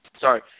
sorry